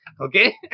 okay